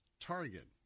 Target